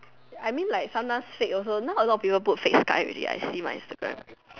I mean like sometimes fake also now a lot of people put like fake sky already I see my Instagram